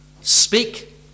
speak